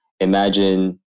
Imagine